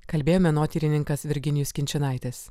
kalbėjo menotyrininkas virginijus kinčinaitis